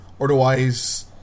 otherwise